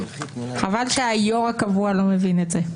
חבל שהיושב-ראש הקבוע לא מבין את זה.